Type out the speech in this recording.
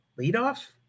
leadoff